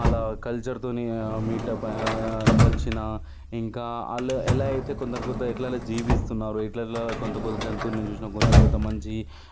వాళ్ళ కల్చర్తో meet up కలిసినా ఇంకా వాళ్ళ ఎలా అయితే కొందరు పెద్ద ఎట్లానో జీవిస్తున్నారు ఇట్ల ఇట్ల కొత్త కొత్త జంతువులని చూసినా కొత్త కొత్త మంచి